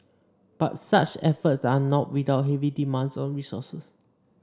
but such efforts are not without heavy demands on resources